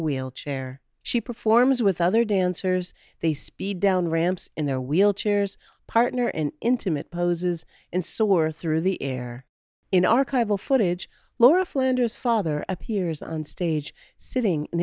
wheelchair she performs with other dancers they speed down ramps in their wheelchairs partner in intimate poses and so were through the air in archival footage laura flanders father appears on stage sitting in